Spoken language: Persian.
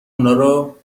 اونارو